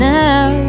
now